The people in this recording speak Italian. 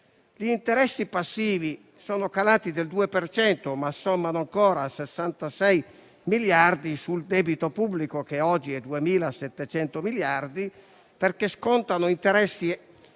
Gli interessi passivi sono calati del 2 per cento, ma ammontano a 66 miliardi sul debito pubblico (che oggi è di 2.700 miliardi), perché scontano interessi